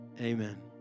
Amen